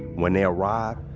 when they arrived,